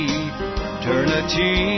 eternity